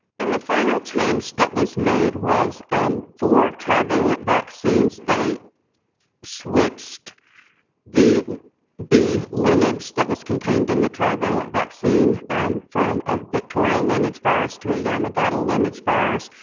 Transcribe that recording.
and the final change that was made was um four trivalent vaccines. they switched the b lineage that was contained in the trivalent vaccine from a victoria lineage virus to a yamagata lineage virus.